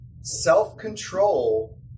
Self-control